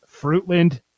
Fruitland